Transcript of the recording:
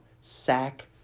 Sack